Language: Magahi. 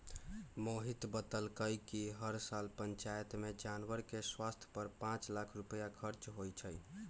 मोहित बतलकई कि हर साल पंचायत में जानवर के स्वास्थ पर पांच लाख रुपईया खर्च होई छई